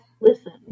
listen